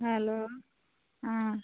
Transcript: hello হ্যাঁ